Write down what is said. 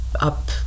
up